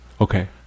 Okay